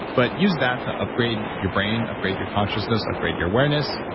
but use that to upgrade your brain, upgrade your consciousness, upgrade your awareness,